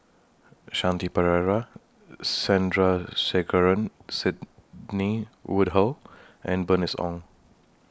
Shanti Pereira Sandrasegaran Sidney Woodhull and Bernice Ong